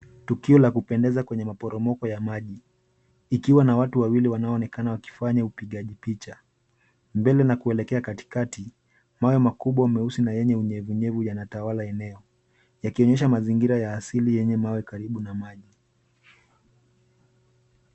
Tukio la kupendeza kwenye maporomoko ya maji, ikiwa na watu wawili wanaoonekana wakifanya upigaji picha. Mbele na kuelekea katikati, mawe makubwa meusi na yenye unyevunyevu yanatawala eneo, yakionyesha mazingira ya asili yenye mawe karibu na maji.